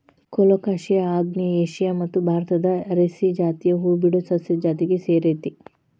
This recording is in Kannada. ಕೊಲೊಕಾಸಿಯಾ ಆಗ್ನೇಯ ಏಷ್ಯಾ ಮತ್ತು ಭಾರತದಾಗ ಅರೇಸಿ ಜಾತಿಯ ಹೂಬಿಡೊ ಸಸ್ಯದ ಜಾತಿಗೆ ಸೇರೇತಿ